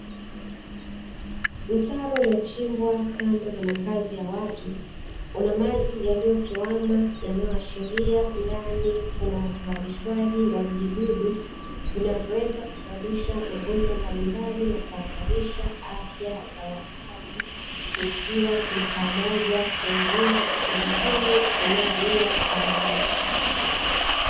Mtaro uliochimbwa, kando na makazi ya watu una maji yaliyotuama yanayoashiria ndani kuna kuzalishwaji wa vijidudu vinavyoweza kusababisha magonjwa mbalimbali, na kuhatarisha afya za wakazi ikiwa ni pamoja na ugonjwa wa kipindupindu unaoua kwa haraka.